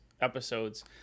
episodes